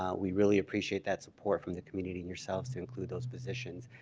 um we really appreciate that support from the community and yourselves to include those positions,